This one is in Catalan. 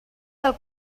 del